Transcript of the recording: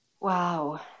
Wow